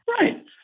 right